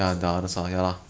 ya [what] you all always [what]